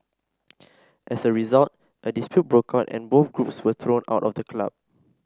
as a result a dispute broke out and both groups were thrown out of the club